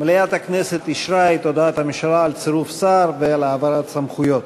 מליאת הכנסת אישרה את הודעת הממשלה על צירוף שר והעברת סמכויות.